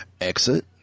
Exit